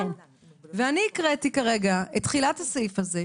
אני הקראתי כרגע את תחילת הסעיף הזה,